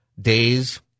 days